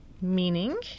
meaning